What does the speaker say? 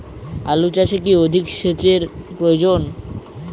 আলু চাষে কি অধিক সেচের প্রয়োজন?